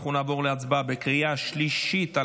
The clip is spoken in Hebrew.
אנחנו נעבור להצבעה בקריאה שלישית על